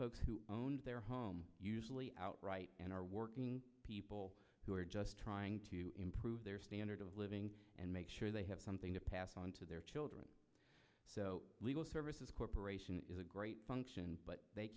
folks who own their home outright and are working people who are just trying to improve their standard of living and make sure they have something to pass on to their children legal services corporation is a great function but they